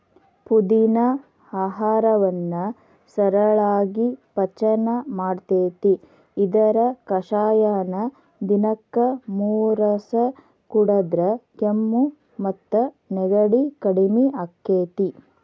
ಪುದಿನಾ ಆಹಾರವನ್ನ ಸರಳಾಗಿ ಪಚನ ಮಾಡ್ತೆತಿ, ಇದರ ಕಷಾಯನ ದಿನಕ್ಕ ಮೂರಸ ಕುಡದ್ರ ಕೆಮ್ಮು ಮತ್ತು ನೆಗಡಿ ಕಡಿಮಿ ಆಕ್ಕೆತಿ